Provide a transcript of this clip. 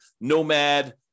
Nomad